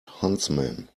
huntsman